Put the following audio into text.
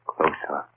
Closer